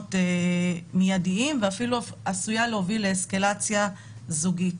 פתרונות מיידים ואפילו עשויה להוביל לאסקלציה זוגית.